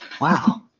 Wow